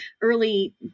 early